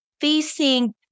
facing